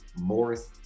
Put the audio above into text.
Morris